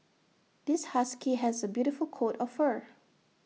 this husky has A beautiful coat of fur